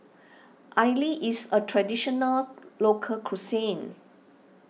Idili is a Traditional Local Cuisine